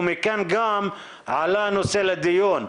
ומכאן גם עלה לנושא לדיון,